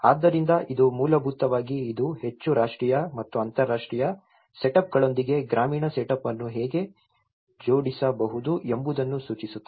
ಆದ್ದರಿಂದ ಇದು ಮೂಲಭೂತವಾಗಿ ಇದು ಹೆಚ್ಚು ರಾಷ್ಟ್ರೀಯ ಮತ್ತು ಅಂತರಾಷ್ಟ್ರೀಯ ಸೆಟಪ್ಗಳೊಂದಿಗೆ ಗ್ರಾಮೀಣ ಸೆಟಪ್ ಅನ್ನು ಹೇಗೆ ಜೋಡಿಸಬಹುದು ಎಂಬುದನ್ನು ಸೂಚಿಸುತ್ತದೆ